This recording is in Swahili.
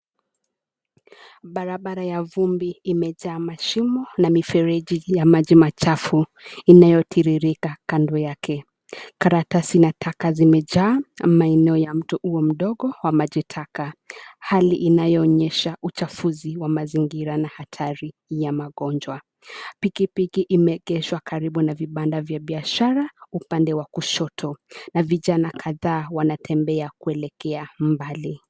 Barabara ya vumbi imejaa mashimo na mifereji ya maji machafu inayotiririka kando yake. Karatasi na taka zimejaa maeneo ya mto huo mdogo wa maji taka, hali inayoonyesha uchafuzi wa mazingira na hatari ya magonjwa. Pikipiki imeegeshwa karibu na vibanda vya biashara upande wa kushoto na vijana kadhaa wanatembea kuelekea mbali.